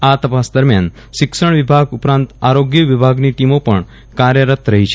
આ તપાસ દરમ્યાન શિક્ષણ વિભાગ ઉપરાંત આરોગ્ય વિભાગ ની ટીમો પણ કાર્યરત રફી છે